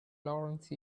laurence